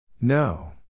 No